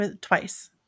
twice